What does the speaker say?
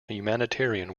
humanitarian